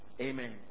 Amen